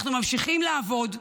אנחנו ממשיכים לעבוד,